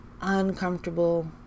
uncomfortable